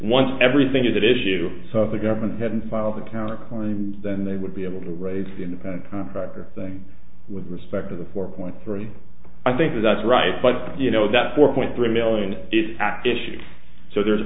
once everything to that issue so the government hadn't filed the counterclaim then they would be able to raise the independent contractor thing with respect to the four point three i think that's right but you know that four point three million is act issue so there's